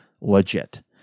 legit